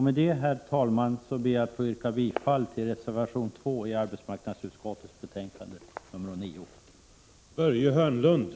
Med det, herr talman, ber jag att få yrka bifall till reservation 2 vid arbetsmarknadsutskottets betänkande 9.